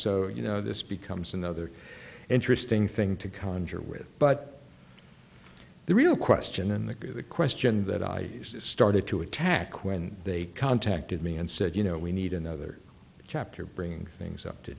so you know this becomes another interesting thing to conjure with but the real question and the good question that i started to attack when they contacted me and said you know we need another chapter bringing things up to